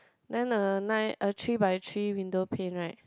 then a nine a three by three window paint right